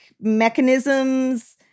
mechanisms